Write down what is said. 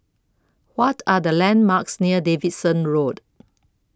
What Are The landmarks near Davidson Road